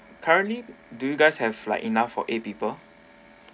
currently do you guys have like enough for eight people